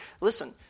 Listen